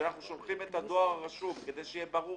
שאנחנו שולחים דואר רשום כדי שיהיה ברור